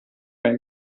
were